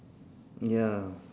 ya